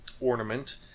ornament